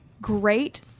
great